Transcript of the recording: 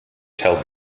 tell